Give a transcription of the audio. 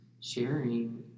sharing